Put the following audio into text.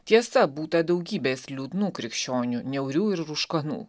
tiesa būta daugybės liūdnų krikščionių niaurių ir rūškanų